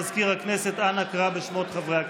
מזכיר הכנסת, אנא קרא בשמות חברי הכנסת.